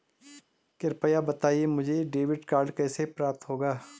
कृपया बताएँ मुझे डेबिट कार्ड कैसे प्राप्त होगा?